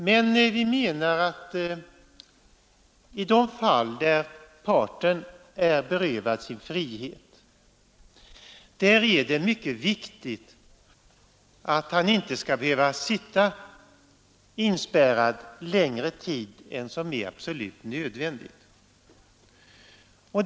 Men vi menar att i de fall där parten är berövad sin frihet är det mycket viktigt att han inte skall behöva sitta inspärrad längre tid än nödvändigt.